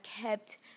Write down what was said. kept